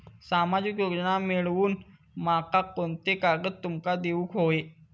सामाजिक योजना मिलवूक माका कोनते कागद तुमका देऊक व्हये?